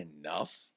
enough